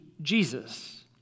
Jesus